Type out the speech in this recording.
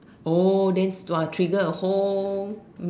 oh then !wah! trigger a whole